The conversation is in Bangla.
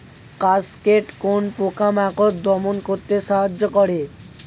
কাসকেড কোন পোকা মাকড় দমন করতে সাহায্য করে?